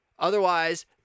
Otherwise